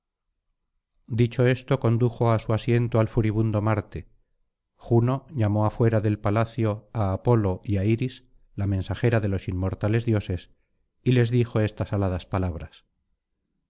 dicho esto condujo á su asiento al furibundo marte juno llamó afuera del palacio á apolo y á iris la mensajera de los inmortales dioses y les dijo estas aladas palabras